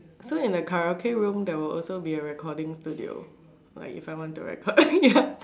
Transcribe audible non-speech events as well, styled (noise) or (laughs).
so in the Karaoke room there will also be a recording studio like if I want to record (laughs) ya